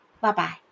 Bye-bye